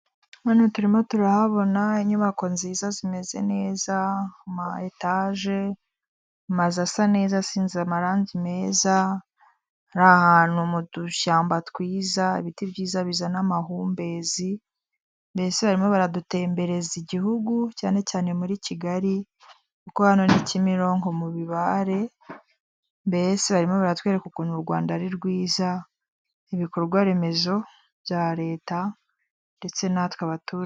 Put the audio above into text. Aba ni abantu benshi ubona harimo umugabo wicaye wambaye amadarubindi n'ikote ry'umukara ishati y'umweru karuvati irimo uturongo tugiye dutandukanye ari kureba muri telefone ye.